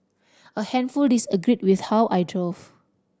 a handful disagreed with how I drove